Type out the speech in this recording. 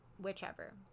whichever